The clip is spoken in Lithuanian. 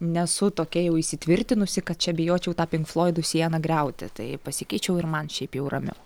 nesu tokia jau įsitvirtinusi kad čia bijočiau tą pinkfloidų sieną griauti tai pasikeičiau ir man šiaip jau ramiau